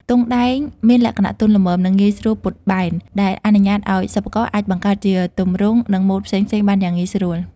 ទង់ដែងមានលក្ខណៈទន់ល្មម និងងាយស្រួលពត់បែន ដែលអនុញ្ញាតឲ្យសិប្បករអាចបង្កើតជាទម្រង់ និងម៉ូដផ្សេងៗបានយ៉ាងងាយស្រួល។